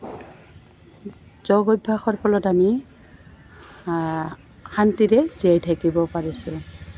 যোগ অভ্যাসৰ ফলত আমি শান্তিৰে জীয়াই থাকিব পাৰিছোঁ